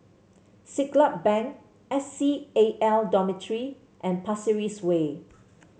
Siglap Bank S C A L Dormitory and Pasir Ris Way